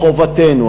מחובתנו,